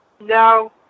No